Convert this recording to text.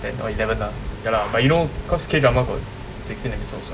then oh you never lah ya lah but you know because K drama got sixteen episodes [what]